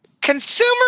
Consumer